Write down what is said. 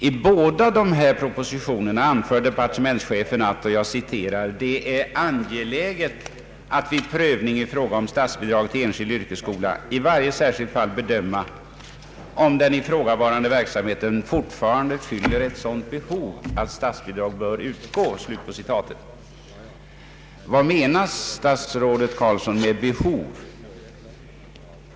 I båda dessa propositioner anför departementschefen att det är angeläget att ”vid prövning av fråga om statsbidrag till enskild yrkesskola i varje särskilt fall bedöma om den ifrågavarande verksamheten fortfarande fyller ett sådant behov att statsbidrag bör utgå”. Vad menas, statsrådet Carlsson, med behov?